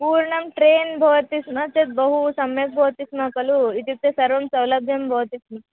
पूर्णं ट्रेन् भवति स्म चेत् बहु सम्यक् भवति स्म खलु इत्युक्ते सर्वं सौलभ्यं भवति स्म